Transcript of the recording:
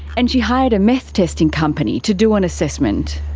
and she hired a meth testing company to do an assessment.